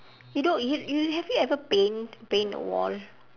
you know you you have you ever paint paint a wall